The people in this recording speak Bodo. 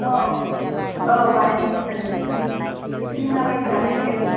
औ औ बानायनो गोसो जादों बेखौनो माबायदि बानायो